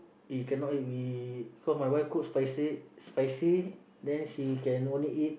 we cannot eat we cause my wife cook spicy spicy then she can only eat